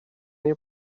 nie